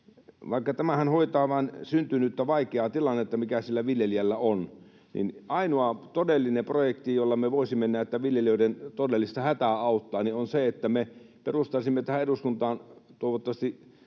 tämähän hoitaa vain syntynyttä vaikeaa tilannetta, mikä siellä viljelijällä on, niin että ainoa todellinen projekti, jolla me voisimme näiden viljelijöiden todellista hätää auttaa, on se, että me perustaisimme tähän eduskuntaan — toivottavasti